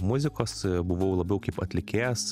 muzikos buvau labiau kaip atlikėjas